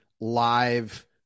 live